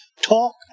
Talk